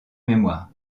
mémoire